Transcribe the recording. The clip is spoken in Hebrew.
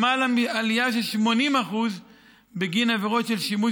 ועלייה של יותר מ-80% בגין עבירות של שימוש